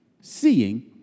seeing